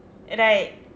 right